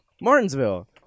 Martinsville